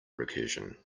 recursion